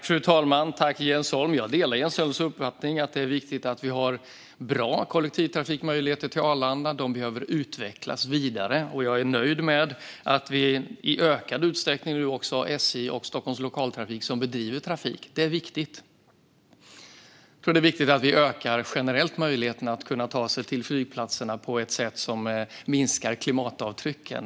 Fru talman! Tack, Jens Holm! Jag delar Jens Holms uppfattning att det är viktigt att vi har bra kollektivtrafikmöjligheter till Arlanda. De behöver utvecklas vidare. Och jag är nöjd med att SJ och Stockholms Lokaltrafik nu bedriver trafik dit i ökad utsträckning. Det är viktigt. Det är generellt viktigt att öka möjligheterna att ta sig till flygplatserna på ett sätt som minskar klimatavtrycken.